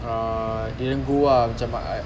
uh didn't go ah macam I